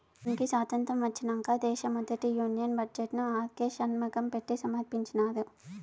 మనకి సాతంత్రం ఒచ్చినంక దేశ మొదటి యూనియన్ బడ్జెట్ ను ఆర్కే షన్మగం పెట్టి సమర్పించినారు